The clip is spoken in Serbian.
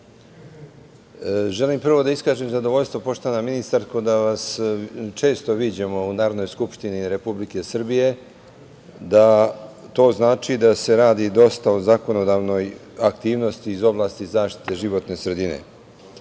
želim prvo da iskažem zadovoljstvo, poštovana ministarko, da vas često viđamo u Narodnoj skupštini Republike Srbije, što znači da se radi dosta u zakonodavnoj aktivnosti iz oblasti zaštite životne sredine,